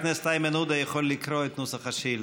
חבר הכנסת איימן עודה יכול לקרוא את נוסח השאילתה.